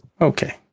Okay